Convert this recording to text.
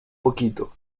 poquito